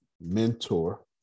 mentor